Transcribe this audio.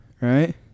right